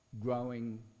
growing